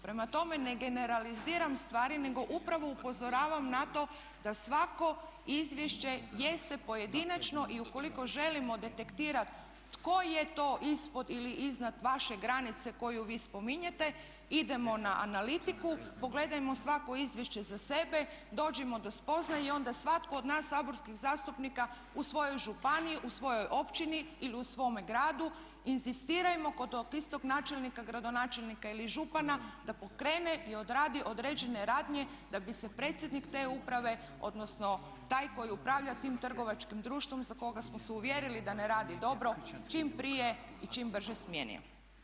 Prema tome, ne generaliziram stvari nego upravo upozoravam na to da svako izvješće jeste pojedinačno i ukoliko želimo detektirati tko je to ispod ili iznad vaše granice koju vi spominjete idemo na analitiku, pogledajmo svako izvješće za sebe, dođimo do spoznaje i onda svatko od nas saborskih zastupnika u svojoj županiji, u svojoj općini ili u svome gradu inzistirajmo kod ovog istog načelnika, gradonačelnika ili župana da pokrene i odradi određene radnje da bi se predsjednik te uprave odnosno taj koji upravlja tim trgovačkim društvom za koga smo se uvjerili da ne radi dobro čim prije i čim brže smijenio.